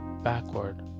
backward